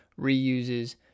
reuses